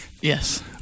Yes